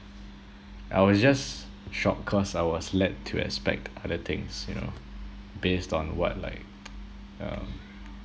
I was just shocked cause I was led to expect other things you know based on what like uh